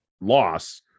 loss